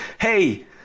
hey